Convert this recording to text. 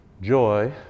Joy